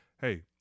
Hey